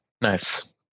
Nice